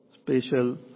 Special